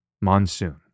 monsoon